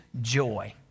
joy